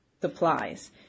supplies